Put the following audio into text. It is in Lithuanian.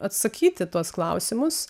atsakyt į tuos klausimus